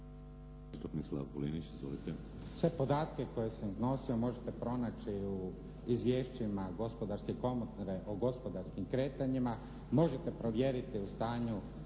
**Linić, Slavko (SDP)** Sve podatke koje sam iznosio možete pronaći u izvješćima Gospodarske komore o gospodarskim kretanjima, možete provjeriti u stanju